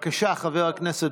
במליאת הכנסת